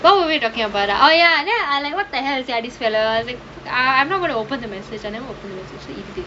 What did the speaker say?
what were we talking about uh oh ya ya and I was like what the hell [siah] this fellow I am not going to open the message I never open the message